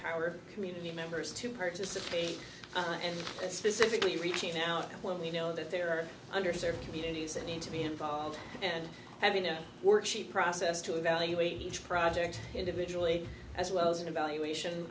empower community members to participate and specifically reaching out when we know that there are under served communities in need to be involved and having their work she process to evaluate each project individually as well as an evaluation